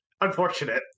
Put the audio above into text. unfortunate